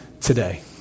today